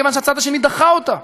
מכיוון שהצד השני דחה אותה.